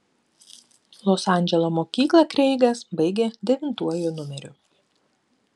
los andželo mokyklą kreigas baigė devintuoju numeriu